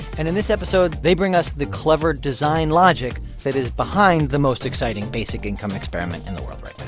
and in this episode, they bring us the clever design logic that is behind the most exciting basic-income experiment in the world right